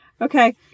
Okay